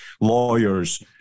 lawyers